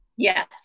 Yes